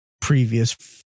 previous